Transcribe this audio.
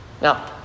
Now